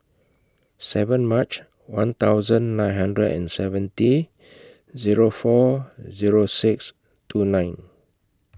seven March one thousand nine hundred and seventy Zero four Zero six two nine